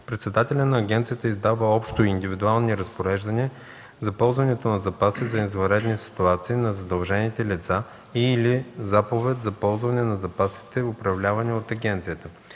председателят на агенцията издава общо и индивидуални разпореждания за ползването на запаси за извънредни ситуации на задължените лица и/или заповед за ползване на запасите, управлявани от агенцията.